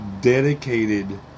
dedicated